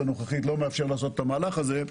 הנוכחית לא מאפשר לעשות את המהלך הזה,